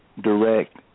direct